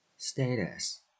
Status